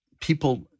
people